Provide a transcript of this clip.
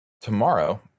tomorrow